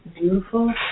beautiful